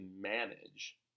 manage